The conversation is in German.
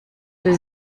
für